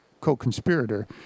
co-conspirator